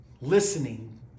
Listening